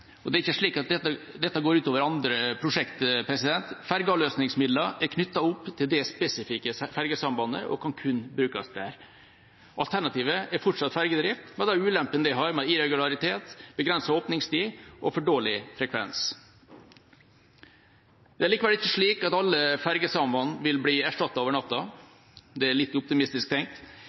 og det er ikke slik at dette går ut over andre prosjekter. Fergeavløsningsmidlene er knyttet opp til det spesifikke fergesambandet og kan kun brukes der. Alternativet er fortsatt fergedrift, med de ulempene det har med irregularitet, begrenset åpningstid og for dårlig frekvens. Det er likevel ikke slik at alle fergesamband vil bli erstattet over natta, det er litt optimistisk tenkt.